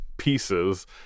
pieces